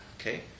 Okay